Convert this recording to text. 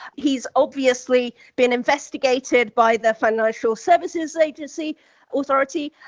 he's obviously been investigated by the financial services agency authority.